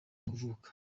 kuvuka